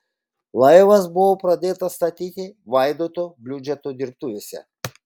laivas buvo pradėtas statyti vaidoto bliūdžio dirbtuvėse